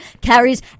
carries